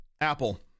Apple